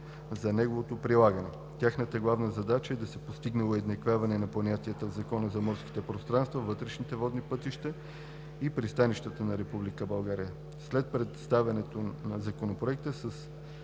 за неговото прилагане. Тяхната главна задача е да се постигне уеднаквяване на понятията в Закона за морските пространства, вътрешните водни пътища и пристанищата на Република България. След представянето на Законопроекта се